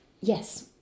yes